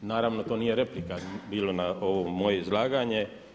Naravno to nije replika bilo na ovo moje izlaganje.